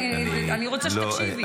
אני רוצה שתקשיבי.